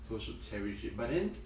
so should cherish it but then